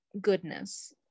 goodness